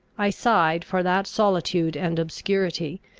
i sighed for that solitude and obscurity,